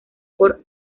por